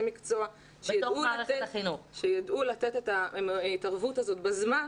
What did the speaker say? מקצוע שידעו לתת את ההתערבות הזאת בזמן,